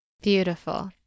Beautiful